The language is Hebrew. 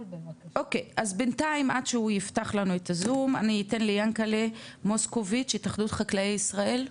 בינתיים אני אתן ליענקל'ה מוסקוביץ התאחדות חקלאי ישראל.